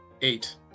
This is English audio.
Eight